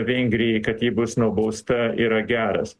vengrijai kad ji bus nubausta yra geras